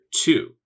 two